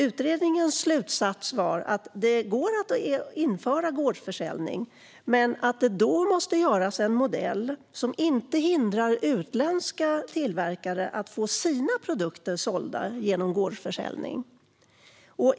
Utredningens slutsats var att det går att införa gårdsförsäljning men att det då måste göras enligt en modell som inte hindrar utländska tillverkare att få sina produkter sålda genom gårdsförsäljning.